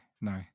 no